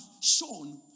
shown